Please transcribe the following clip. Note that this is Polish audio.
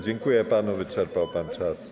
Dziękuję panu, wyczerpał pan czas.